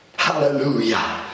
Hallelujah